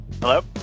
Hello